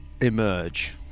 Emerge